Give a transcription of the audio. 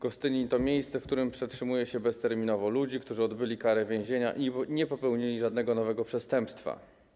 Gostynin to miejsce, w którym przetrzymuje się bezterminowo ludzi, którzy odbyli karę więzienia i nie popełnili żadnego nowego przestępstwa.